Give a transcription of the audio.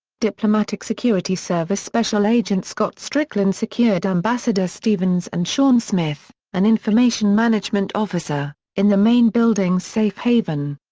diplomatic security service special agent scott strickland secured ambassador stevens and sean smith, an information management officer, in the main building's safe haven.